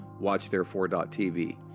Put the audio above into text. WatchTherefore.tv